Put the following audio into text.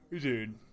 dude